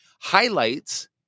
highlights